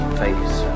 face